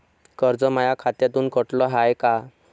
कर्ज माया खात्यामंधून कटलं हाय का?